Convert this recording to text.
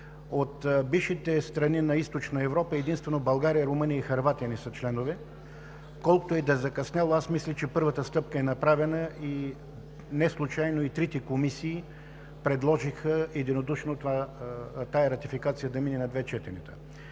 От бившите страни на Източна Европа единствено България, Румъния и Хърватия не са членове. Колкото и да е закъсняла, аз мисля, че първата стъпка е направена и неслучайно и трите комисии предложиха единодушно тази ратификация да мине на две четения